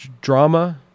drama